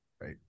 Right